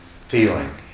feeling